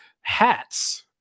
hats